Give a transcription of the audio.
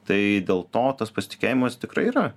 tai dėl to tas pasitikėjimas tikrai yra